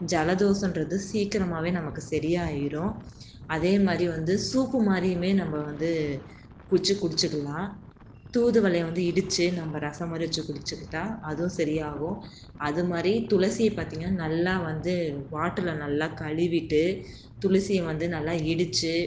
ஜலதோஷன்றது சீக்கிரமாகவே நமக்கு சரி ஆயிடும் அதே மாதிரி வந்து சூப்பு மாதிரியுமே நம்ம வந்து குச்சு குடித்துக்கலாம் தூதுவளையை வந்து இடித்து நம்ம ரசம் மாதிரி வச்சு குடிச்சிக்கிட்டால் அதுவும் சரி ஆகும் அது மாதிரி துளசியை பார்த்திங்கன்னா நல்லா வந்து வாட்டில் நல்லா கழுவிட்டு துளசியை வந்து நல்லா இடித்து